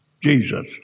Jesus